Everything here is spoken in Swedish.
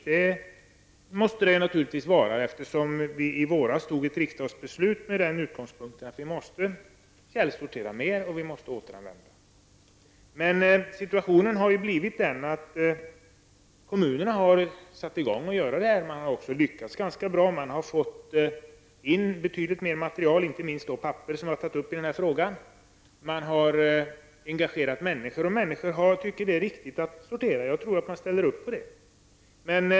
Det måste det naturligtvis vara eftersom vi i våras fattade ett riksdagsbeslut med den utgångspunkten att vi måste källsortera och återanvända mer. Situationen har blivit den att kommunerna har satt i gång med detta och också lyckats ganska bra. De har fått in betydliga mängder material, inte minst papper, vilket jag har tagit upp i denna fråga. Man har engagerat människor, och de tycker att det är viktigt att källsortera sopor. Jag tror att de ställer upp på det.